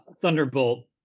Thunderbolt